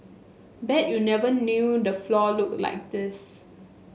bet you never knew the floor looked like this